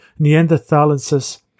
Neanderthalensis